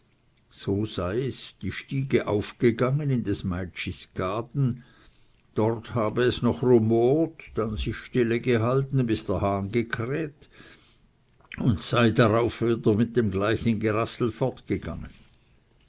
so sei es die stege auf gegangen in des meitschis gaden dort habe es noch rumort dann sich still gehalten bis der hahn gekräht und sei darauf wieder mit dem gleichen gerassel fortgegangen